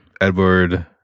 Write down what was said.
Edward